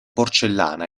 porcellana